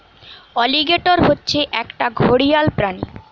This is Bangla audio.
অলিগেটর হচ্ছে একটা ঘড়িয়াল প্রাণী